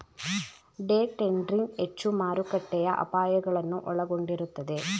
day trading ಹೆಚ್ಚು ಮಾರುಕಟ್ಟೆಯ ಅಪಾಯಗಳನ್ನು ಒಳಗೊಂಡಿರುತ್ತದೆ